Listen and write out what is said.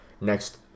next